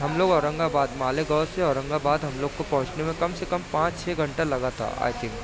ہم لوگ اورنگ آباد مالیگاؤں سے اورنگ آباد ہم لوگ کو پہنچنے میں کم سے کم پانچ چھ گھنٹہ لگا تھا آئی تھنک